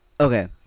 Okay